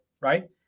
right